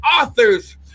authors